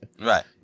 Right